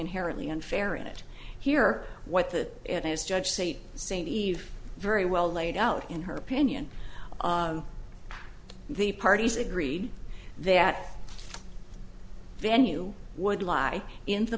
inherently unfair in it here what the judge say st eve very well laid out in her opinion the parties agreed that venue would lie in